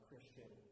Christian